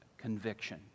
conviction